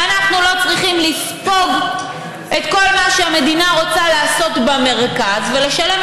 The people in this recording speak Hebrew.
ואנחנו לא צריכים לספוג את כל מה שהמדינה רוצה לעשות במרכז ולשלם